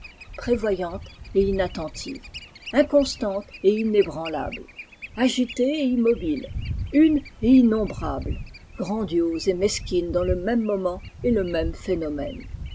prévoyante et inattentive inconstante et inébranlable agitée et immobile une et innombrable grandiose et mesquine dans le môme moment et le même phénomène